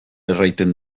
erraiten